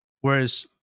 Whereas